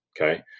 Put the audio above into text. Okay